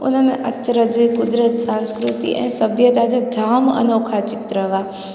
उन में अचरज कुदरत सांस्कृति ऐं सभ्यता जाम अनोखा चित्र हुआ